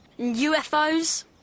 UFOs